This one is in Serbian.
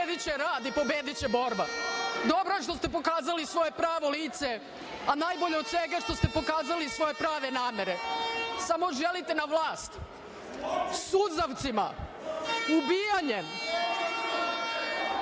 pobediće rad. Pobediće rad i borba. Dobro je što ste pokazali svoje pravo lice, a najbolje je od svega što ste pokazali svoje najbolje namere. Samo želite na vlast suzavcima, ubijanjem,